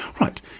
Right